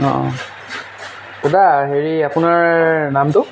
অঁ দাদা হেৰি আপোনোৰ নামটো